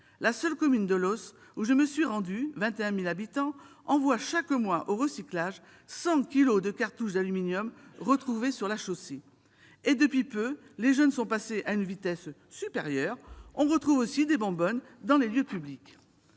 La seule commune de Loos, où je me suis rendue et qui compte 21 000 habitants, envoie chaque mois au recyclage 100 kilogrammes de cartouches d'aluminium retrouvées sur la chaussée ! Depuis peu, les jeunes sont passés à la vitesse supérieure, puisque l'on retrouve aussi des bonbonnes dans les lieux publics.